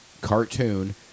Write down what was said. cartoon